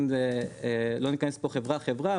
אם זה לא נכנס חברה חברה,